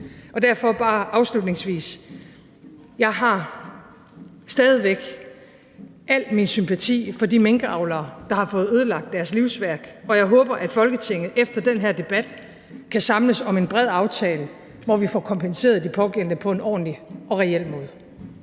Derfor bare afslutningsvis: Jeg har stadig væk al min sympati for de minkavlere, der har fået ødelagt deres livsværk, og jeg håber, at Folketinget efter den her debat kan samles om en bred aftale, hvor vi får kompenseret de pågældende på en ordentlig og reel måde.